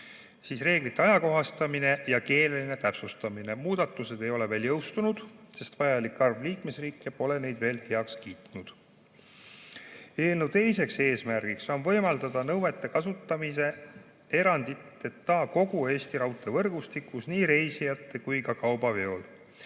on reeglite ajakohastamine ja keeleline täpsustamine. Muudatused ei ole veel jõustunud, sest vajalik arv liikmesriike pole neid heaks kiitnud. Eelnõu teine eesmärk on võimaldada nõudeid kasutada eranditeta kogu Eesti raudteevõrgustikus nii reisijate kui ka kaubaveol,